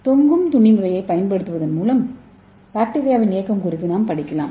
தொங்கும் துளி முறையைப் பயன்படுத்துவதன் மூலம் பாக்டீரியாவின் இயக்கம் குறித்து நாம் படிக்கலாம்